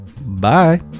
Bye